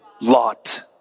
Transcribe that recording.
lot